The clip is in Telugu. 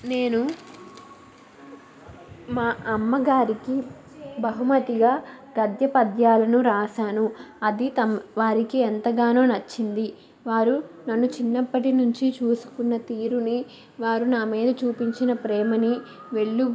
నేను మా అమ్మగారికి బహుమతిగా గద్య పద్యాలను రాశాను అది తమ వారికి ఎంతగానో నచ్చింది వారు నన్ను చిన్నప్పటినుంచి చూసుకున్న తీరుని వారు నా మీద చూపించిన ప్రేమని వెళ్ళు